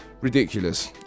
ridiculous